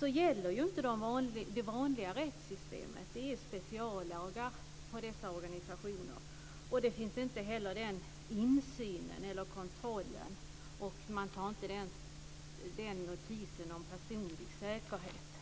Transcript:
gäller inte det vanliga rättssystemet. Det är speciallagar för dessa organisationer. Det finns inte heller insyn eller kontroll, och man tar inte notis om personlig säkerhet.